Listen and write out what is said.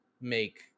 make